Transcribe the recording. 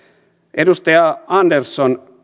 edustaja andersson